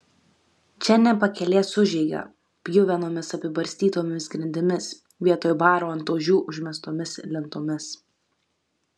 čia ne pakelės užeiga pjuvenomis apibarstytomis grindimis vietoj baro ant ožių užmestomis lentomis